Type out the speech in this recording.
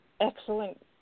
excellent